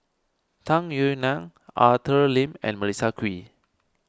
Tung Yue Nang Arthur Lim and Melissa Kwee